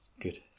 Good